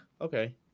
okay